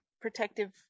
protective